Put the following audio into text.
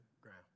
ground